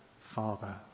father